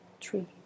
three